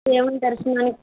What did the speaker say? ఏమంటారు